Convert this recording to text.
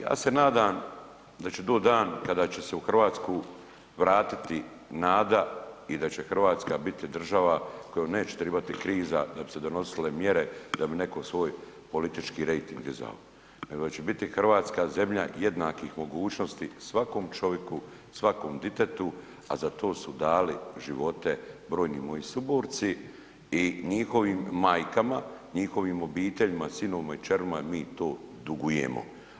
Ja se nadam da će doći dan kada će se u Hrvatsku vratiti nada i da će Hrvatska biti država kojoj neće trebati kriza da bi se donosile mjere, da bi netko svoj politički rejting dizao nego da će biti Hrvatska zemlja jednakih mogućnosti svakom čovjeku, svakom ditetu, a za to su dali živote brojni moji suborci i njihovim majkama, njihovim obiteljima, sinovima i kćerima mi to dugujemo.